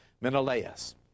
Menelaus